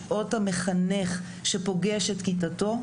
שעות המחנך שפוגש את כיתתו,